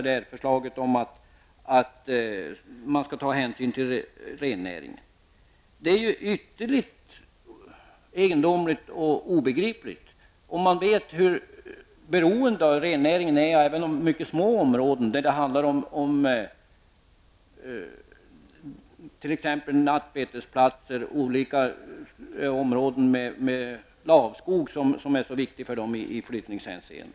Det är ju ytterligt egendomligt och obegripligt, om man vet hur beroende rennäringen är av även mycket små områden när det handlar om t.ex. nattbetesplatser eller olika områden med lavskog som är så viktig för rennäringen i flyttningshänseende.